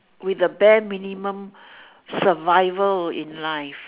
with a bare minimum survival in life